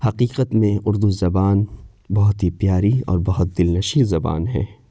حقیقت میں اردو زبان بہت ہی پیاری اور بہت دل نشیں زبان ہے